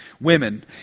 women